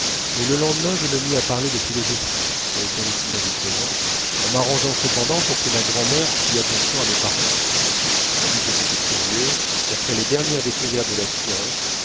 mais le lendemain je me mis à parler de philosophie sur le ton le plus indifférent en m'arrangeant cependant pour que ma grand'mère fît attention à mes paroles je dis que c'était curieux qu'après les dernières découvertes de la science